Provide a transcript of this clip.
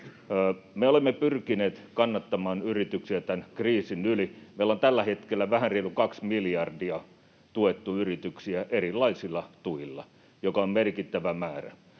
Me olemme pyrkineet kannattamaan yrityksiä tämän kriisin yli. Meillä on tällä hetkellä vähän reilulla kahdella miljardilla tuettu yrityksiä erilaisilla tuilla, mikä on merkittävä määrä.